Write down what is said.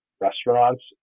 restaurants